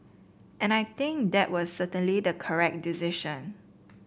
and I think that was certainly the correct decision